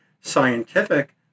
scientific